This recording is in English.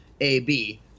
A-B